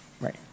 right